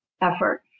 effort